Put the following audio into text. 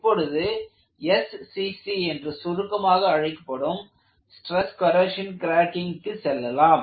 இப்பொழுது SCC என்று சுருக்கமாக அழைக்கப்படும் ஸ்டிரஸ் கரோஸின் கிராக்கிங்கிற்கு செல்லலாம்